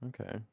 Okay